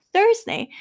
Thursday